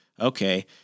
Okay